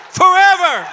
forever